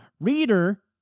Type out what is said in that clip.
Reader